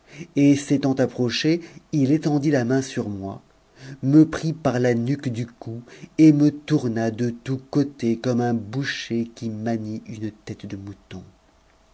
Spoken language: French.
et s'étant approché il étendit la main sur moi me prit par la nuque du cou et me tourna de tous côtés comme un boucher qui manie une tête de mouton